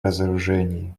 разоружении